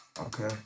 Okay